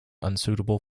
unsuitable